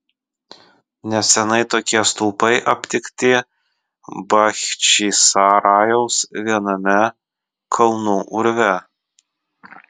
neseniai tokie stulpai aptikti bachčisarajaus viename kalnų urve